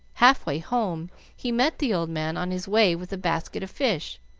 half-way home he met the old man on his way with a basket of fish,